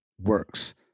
works